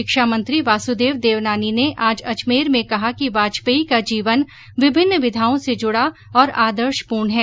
शिक्षा मंत्री वासुदेव देवनानी ने आज अजमेर में कहा कि वाजपेयी का जीवन विभिन्न विधाओं से जुडा और आदर्शपूर्ण है